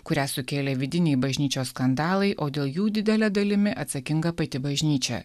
kurią sukėlė vidiniai bažnyčios skandalai o dėl jų didele dalimi atsakinga pati bažnyčia